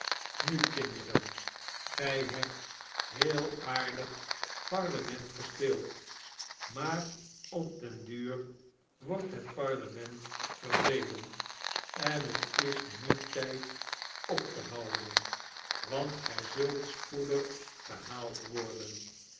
nu kinderen gy hebt heel aardig parlement gespeeld maar op den duur wordt het parlement vervelend en het is nu tijd op te houden want gij zult spoedig gehaald worden